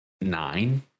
nine